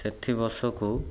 ସେଠି ବର୍ଷକୁ